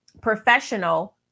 professional